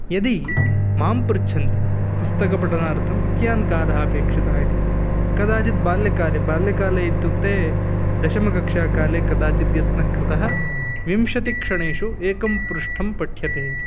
यदि मां पृच्छन्ति पुस्तकपठनार्थं कियान् कालः अपेक्षितः इति कदाचित् बाल्यकाले बाल्यकाले इत्युक्ते दशमकक्षाकाले कदाचित् यत्नः कृतः विंशतिक्षणेषु एकं पृष्ठं पठ्यते इति